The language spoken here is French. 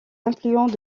affluent